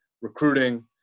recruiting